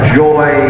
joy